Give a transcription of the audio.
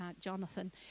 Jonathan